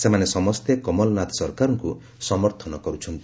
ସେମାନେ ସମସ୍ତେ କମଲନାଥ ସରକାରଙ୍କୁ ସମର୍ଥନ କରୁଛନ୍ତି